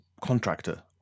contractor